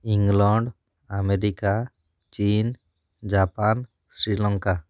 England America ଚୀନ୍ Japan Sri Lanka